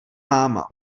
máma